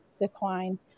decline